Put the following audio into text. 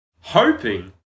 hoping